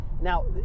Now